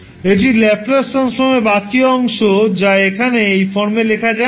এটি ল্যাপ্লাস ট্রান্সফর্মের বাকী অংশ যা এখানে এই ফর্মে লেখা যায় না